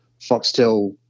Foxtel